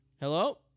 Hello